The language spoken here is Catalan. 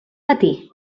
matí